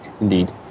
indeed